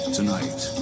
Tonight